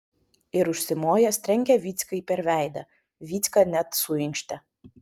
ir užsimojęs trenkė vyckai per veidą vycka net suinkštė